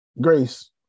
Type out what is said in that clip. Grace